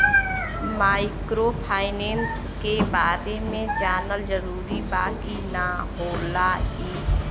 Microfinance के बारे में जानल जरूरी बा की का होला ई?